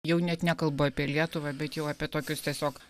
jau net nekalbu apie lietuvą bet jau apie tokius tiesiog